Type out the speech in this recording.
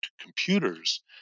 computers